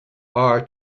are